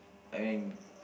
I mean